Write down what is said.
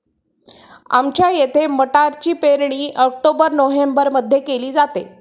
आमच्या इथे मटारची पेरणी ऑक्टोबर नोव्हेंबरमध्ये केली जाते